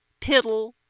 piddle